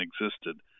existed